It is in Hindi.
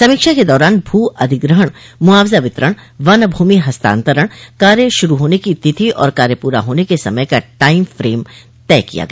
समीक्षा के दौरान भू अधिग्रहण मुआवजा वितरण वन भूमि हस्तान्तरण कार्य शुरू होने की तिथि और कार्य पूरा होने के समय का टाइम फ्रेम तय किया गया